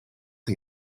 hij